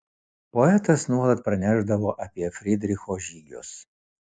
poetas nuolat pranešdavo apie frydricho žygius